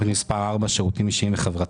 תוכנית מספר 3: מוגבלויות,